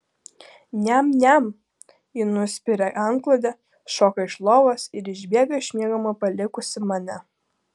niam niam ji nuspiria antklodę šoka iš lovos ir išbėga iš miegamojo palikusi mane